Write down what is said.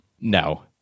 No